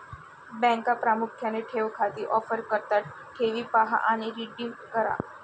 बँका प्रामुख्याने ठेव खाती ऑफर करतात ठेवी पहा आणि रिडीम करा